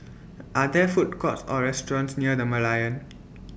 Are There Food Courts Or restaurants near The Merlion